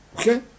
Okay